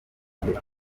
afurika